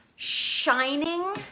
shining